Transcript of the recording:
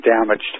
damaged